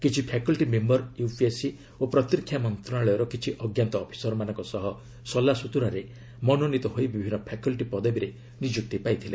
କିଛି faculty member UPSC ଓ ପ୍ରତିରକ୍ଷା ମନ୍ତ୍ରଣାଳୟର କିଛି ଅଜ୍ଞାତ ଅଫିସରଙ୍କ ସହ ସଲାସୁତୁରାରେ ମନୋନୀତ ହୋଇ ବିଭିନ୍ନ ଫାକଲ୍ଟି ପଦବୀରେ ନିଯୁକ୍ତି ପାଇଥିଲେ